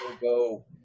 go